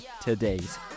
today's